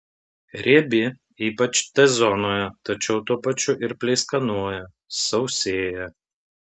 riebi ypač t zonoje tačiau tuo pačiu ir pleiskanoja sausėja